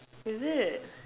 is it